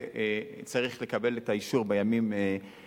זה צריך לקבל את האישור בימים הקרובים.